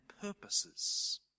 purposes